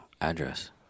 address